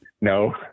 no